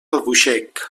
albuixec